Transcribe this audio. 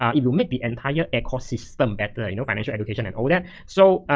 um if you make the entire ecosystem better, you know, financial education and all that. so,